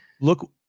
Look